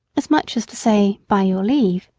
as much as to say, by your leave.